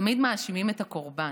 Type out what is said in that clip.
תמיד מאשימים את הקורבן.